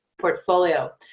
portfolio